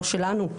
לא שלנו,